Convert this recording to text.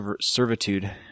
servitude